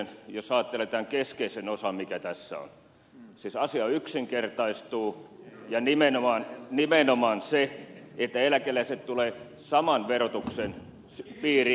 jos ajattelee tätä keskeistä osaa mikä tässä on siis asia yksinkertaistuu ja nimenomaan se että kaikki eläkeläiset tulevat saman verotuksen piiriin